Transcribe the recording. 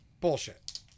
bullshit